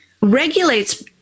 regulates